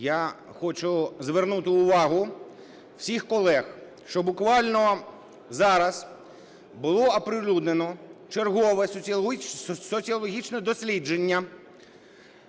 Я хочу звернути увагу всіх колег, що буквально зараз було оприлюднено чергове соціологічне дослідження,